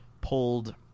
pulled